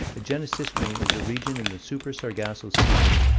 that genesistrine is a region in the super-sargasso sea,